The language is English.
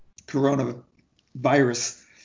coronavirus